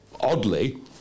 oddly